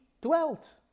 dwelt